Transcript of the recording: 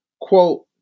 quote